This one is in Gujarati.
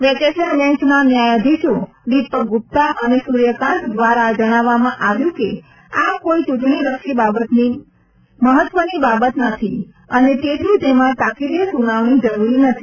વેકેશન બેન્ચના ન્યાયાધીશો દીપક ગુપ્તા અને સૂર્યકાન્ત દ્વારા જણાવવામાં આવ્યું કે આ કોઇ ચૂંટણીલક્ષી મહત્વની બાબત નથી અને તેથી તેમાં તાકીદે સુનાવણી જરૂરી નથી